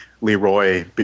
Leroy